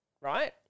right